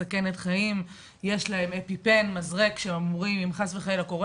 מסכנת חיים ושיש להם מזרק אפיפן שחס וחלילה אם קורה